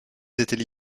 étaient